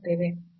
ಈ x